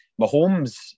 Mahomes